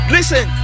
Listen